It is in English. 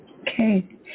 Okay